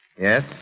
Yes